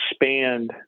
expand